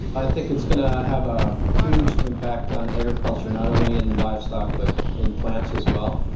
i think it's going to have a huge impact on agriculture not only in livestock, but in plants as well.